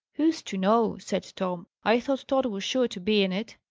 who's to know? said tom. i thought tod was sure to be in it.